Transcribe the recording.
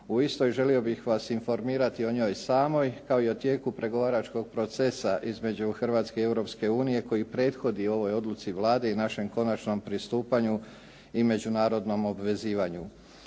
u istoj, želio bih vas informirati o njoj samoj kao i o tijeku pregovaračkog procesa između Hrvatske i Europske unije koji prethodi ovoj odluci Vlade i našem konačnom pristupanju i međunarodnom obvezivanju.